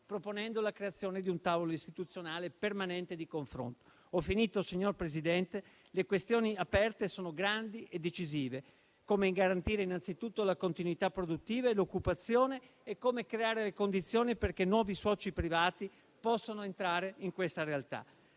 proponendo la creazione di un tavolo istituzionale permanente di confronto. Signor Presidente, le questioni aperte sono grandi e decisive, come garantire innanzitutto la continuità produttiva e l'occupazione e come creare le condizioni perché nuovi soci privati possono entrare in questa realtà.